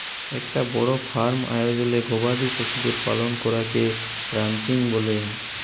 একটা বড় ফার্ম আয়জলে গবাদি পশুদের পালন করাকে রানচিং ব্যলে